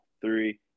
three